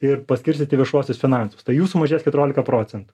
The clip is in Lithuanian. ir paskirstyti viešuosius finansus tai jų sumažės keturiolika procentų